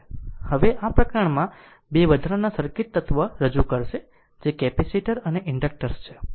હવે હવે આ પ્રકરણમાં બે વધારાના સર્કિટ તત્વ રજૂ કરશે જે કેપેસિટર અને ઇન્ડક્ટર્સ છે